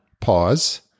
pause